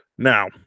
Now